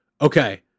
okay